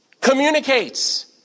communicates